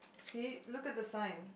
see look at the sign